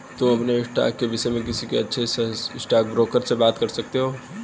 तुम अपने स्टॉक्स के विष्य में किसी अच्छे स्टॉकब्रोकर से बात कर सकते हो